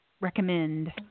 recommend